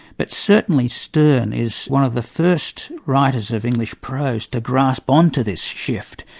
but certainly sterne is one of the first writers of english prose to grasp onto this shift,